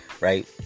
right